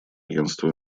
агентству